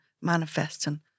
manifesting